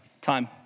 time